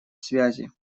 связи